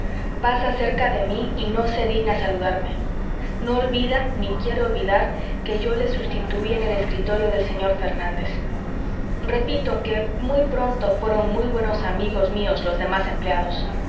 pasa cerca de mí y no se digna saludarme no olvida ni quiere olvidar que yo le sustituí en el escritorio del señor fernández repito que muy pronto fueron muy buenos amigos míos los demás empleados